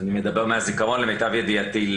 למיטב ידיעתי, אני מדבר מהזיכרון, לא.